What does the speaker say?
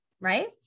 right